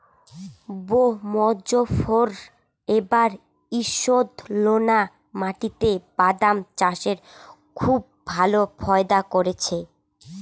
বাঃ মোজফ্ফর এবার ঈষৎলোনা মাটিতে বাদাম চাষে খুব ভালো ফায়দা করেছে